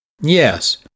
Yes